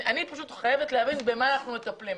אני פשוט חייבת להבין במה אנחנו מטפלים,